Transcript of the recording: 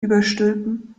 überstülpen